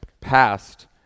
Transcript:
passed